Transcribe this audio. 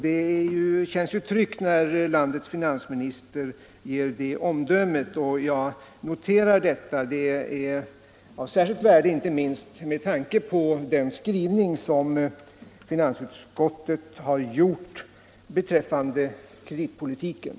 Det känns tryggt när landets finansminister ger detta omdöme. Det är av särskilt värde, inte minst med tanke på den skrivning som finansutskottet har gjort beträffande kreditpolitiken.